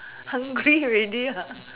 hungry already